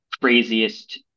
craziest